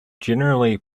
generally